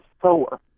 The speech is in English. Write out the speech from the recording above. four